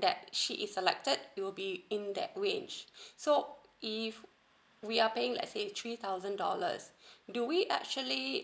that she is selected it will be in that range so if we are paying like say three thousand dollars do we actually